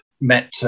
met